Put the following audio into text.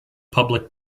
public